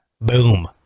Boom